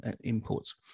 imports